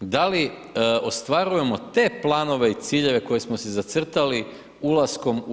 Da li ostvarujemo te planove i ciljeve, koje smo si zacrtali ulaskom u EU?